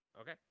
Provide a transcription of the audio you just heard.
Okay